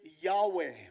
Yahweh